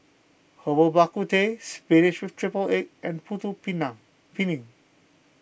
Herbal Bak Ku Teh Spinach with Triple Egg and Putu Piring